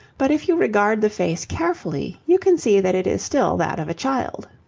but if you regard the face carefully you can see that it is still that of a child.